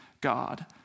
God